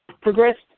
Progressed